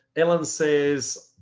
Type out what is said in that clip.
ellen says,